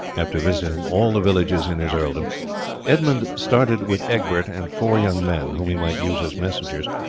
after visiting all the villages in his earldom edmund started with egbert and four young men, whom he might use as messengers,